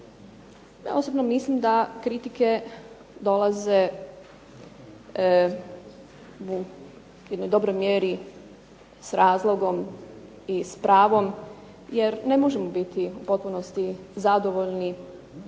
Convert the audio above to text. Ja osobno mislim da kritike dolaze u jednoj dobroj mjeri s razlogom i s pravom jer ne možemo biti u potpunosti zadovoljni s